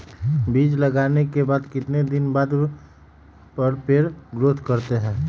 बीज लगाने के बाद कितने दिन बाद पर पेड़ ग्रोथ करते हैं?